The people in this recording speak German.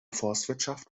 forstwirtschaft